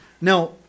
Now